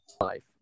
life